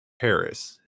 Paris